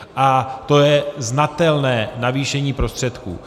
A to je znatelné navýšení prostředků.